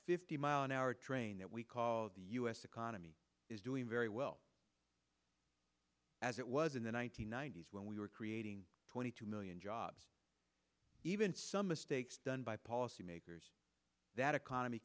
fifty mile an hour train that we call the u s economy is doing very well as it was in the one nine hundred ninety s when we were creating twenty two million jobs even some mistakes done by policymakers that economy